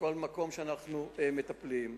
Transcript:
בכל מקום שאנחנו מטפלים.